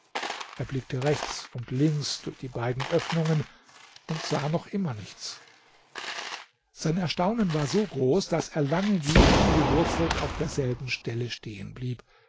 er blickte rechts und links durch die beiden öffnungen und sah noch immer nichts sein erstaunen war so groß daß er lange wie angewurzelt auf derselben stelle stehen blieb